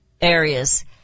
areas